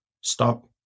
stop